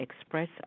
express